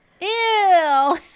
Ew